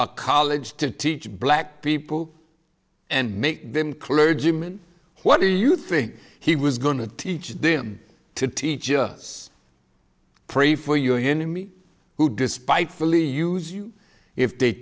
a college to teach black people and make them clergyman what do you think he was going to teach them to teach us pray for your enemies who despite fully use you if they